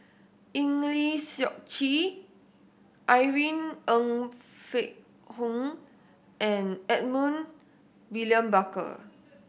Eng Lee Seok Chee Irene Ng Phek Hoong and Edmund William Barker